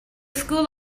school